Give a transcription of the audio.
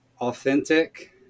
authentic